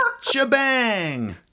shebang